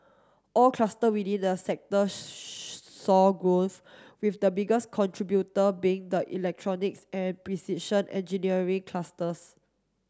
all cluster within the sector saw growth with the biggest contributor being the electronics and precision engineering clusters